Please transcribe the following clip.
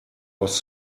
was